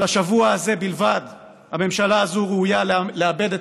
על השבוע הזה בלבד הממשלה הזו ראויה לאבד את